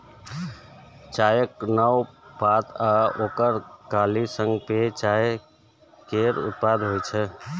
चायक नव पात आ ओकर कली सं पेय चाय केर उत्पादन होइ छै